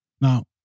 Now